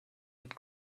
mit